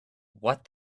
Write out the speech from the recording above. what